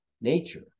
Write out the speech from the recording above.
nature